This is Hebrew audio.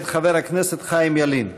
מאת חבר הכנסת חיים ילין.